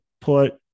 put